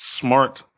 smart